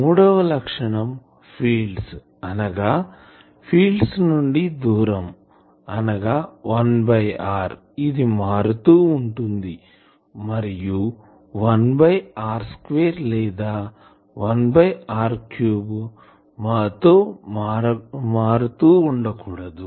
మూడవ లక్షణం ఫీల్డ్స్ అనగా ఫీల్డ్స్ నుండి దూరం అనగా 1 బై r ఇది మారుతూ ఉంటుంది మరియు 1 బై r స్క్వేర్ లేదా 1 బై r క్యూబ్ తో మారుతూ ఉండకూడదు